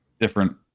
different